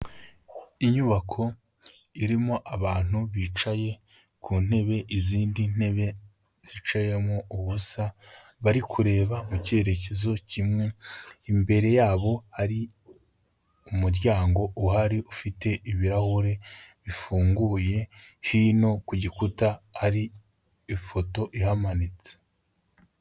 Inyubako irimo abantu bicaye ku ntebe, izindi ntebe zicayemo ubusa, bari kureba mu cyerekezo kimwe, imbere yabo ari umuryango uhari ufite ibirahuri bifunguye, hino ku gikuta hari ifoto ihamanitse.